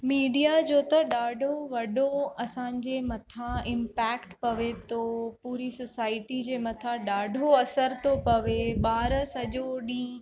media जो त ॾाढो वॾो असांजे मथां इम्पैक्ट पवे थो पूरी सोसाइटी जे मथां ॾाढो असरु थो पवे ॿार सॼो ॾींहुं